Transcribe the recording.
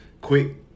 quick